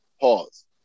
Pause